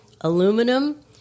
aluminum